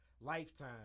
lifetime